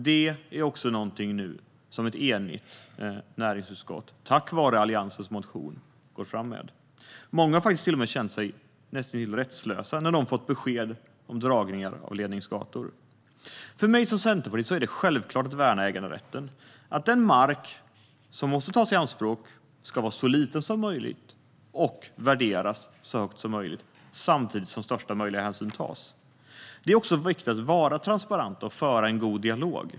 Det är någonting som ett enigt näringsutskott tack vare Alliansens motion nu går fram med. Många av de berörda har faktiskt till och med känt sig näst intill rättslösa när de har fått besked om dragningar av ledningsgator. För mig som centerpartist är det självklart att värna äganderätten och att den mark som måste tas i anspråk ska vara så liten som möjligt och värderas så högt som möjligt samtidigt som största möjliga hänsyn ska tas. Det är också viktigt att vara transparent och föra en god dialog.